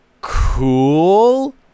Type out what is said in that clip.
cool